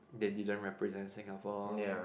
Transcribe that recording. they didn't represent Singapore